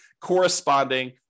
corresponding